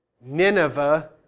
Nineveh